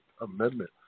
Amendment